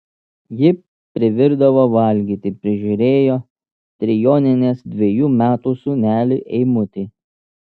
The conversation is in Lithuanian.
ji privirdavo valgyti prižiūrėjo trijonienės dvejų metų sūnelį eimutį